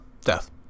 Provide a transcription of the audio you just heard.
Death